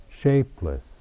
shapeless